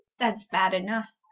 that's bad enough,